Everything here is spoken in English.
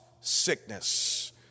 sickness